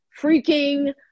freaking